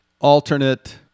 alternate